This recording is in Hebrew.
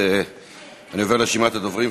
אני עובר לרשימת הדוברים.